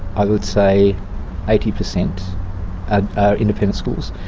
i would say eighty per cent, ah are independent schools.